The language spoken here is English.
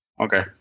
Okay